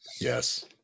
Yes